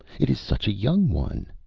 it is such a young one.